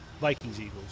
Vikings-Eagles